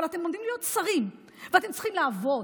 אבל אתם עומדים להיות שרים, ואתם צריכים לעבוד.